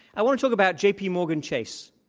i want to talk about jpmorgan chase,